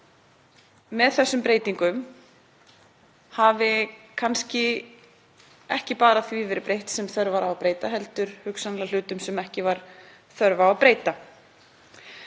með þessum breytingum hafi kannski ekki bara því verið breytt sem þörf var á að breyta heldur hugsanlega hlutum sem ekki var þörf á að breyta.